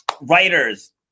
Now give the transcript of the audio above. writers